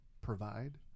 provide